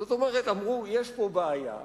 זאת אומרת, אמרו שיש פה בעיה,